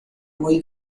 muy